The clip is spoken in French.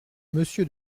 monsieur